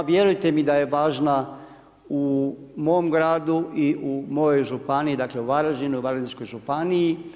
Vjerujte mi da je važna u mom gradu i mojoj županiji, dakle u Varaždinu i u Varaždinskoj županiji.